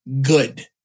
good